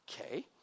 Okay